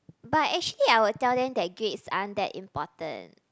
but actually I would tell them that grades aren't that important